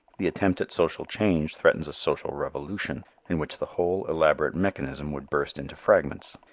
the attempt at social change threatens a social revolution in which the whole elaborate mechanism would burst into fragments.